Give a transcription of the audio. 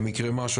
אם יקרה משהו,